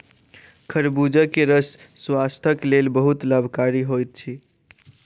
खरबूजा के रस स्वास्थक लेल बहुत लाभकारी होइत अछि